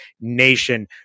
nation